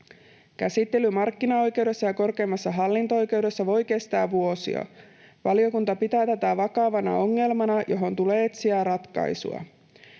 Käsittely markkinaoikeudessa ja korkeimmassa hallinto-oikeudessa voi kestää vuosia. Valiokunta pitää tätä vakavana ongelmana, johon tulee etsiä ratkaisua.